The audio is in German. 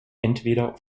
entweder